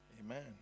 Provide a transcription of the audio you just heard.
Amen